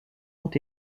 ont